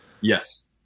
Yes